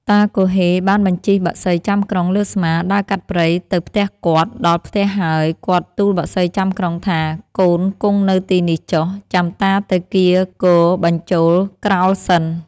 តាគហ៊េបានបញ្ជិះបក្សីចាំក្រុងលើស្មា ដើរកាត់ព្រៃទៅផ្ទះគាត់ ដល់ផ្ទះហើយ គាត់ទូលបក្សីចាំក្រុងថា "កូនគង់នៅទីនេះចុះ ចាំតាទៅកៀរគោបញ្ចូល ក្រោលសិន"។